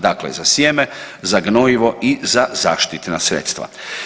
Dakle, za sjeme, za gnojivo i za zaštitna sredstva.